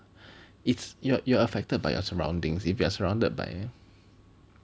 it's you you are you are affected by your surroundings if you are surrounded by